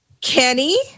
kenny